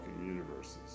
universes